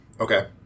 Okay